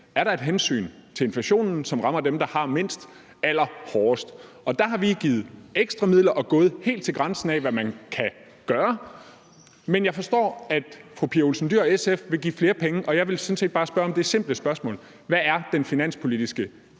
er der et hensyn i forhold til inflationen, som rammer dem, der har mindst, allerhårdest, og der har vi givet ekstra midler og er gået helt til grænsen af, hvad man kan gøre. Men jeg forstår, at fru Pia Olsen Dyhr og SF vil give flere penge, og jeg vil sådan set bare stille det simple spørgsmål: Hvad er den finanspolitiske